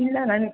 ಇಲ್ಲ ನಾನು